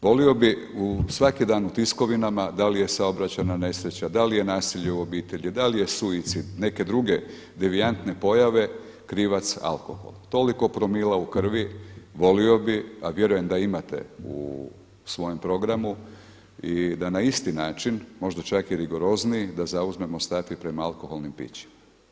Volio bih, svaki dan u tiskovinama da li je saobraćajna nesreća, da li je nasilje u obitelji, da li je suicid, neke druge devijantne pojave krivac alkohol, toliko promila u krvi, volio bih a vjerujem da imate u svojem programu i da na isti način možda čak i rigorozniji da zauzmemo stav i prema alkoholnim pićima.